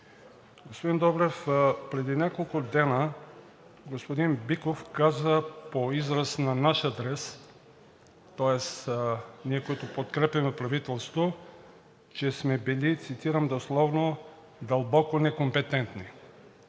Господин Добрев, преди няколко дни господин Биков каза израз по наш адрес, тоест ние, които подкрепяме правителството, че сме били, цитирам дословно: „дълбоко некомпетентни“.